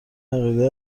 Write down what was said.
عقیده